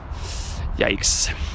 yikes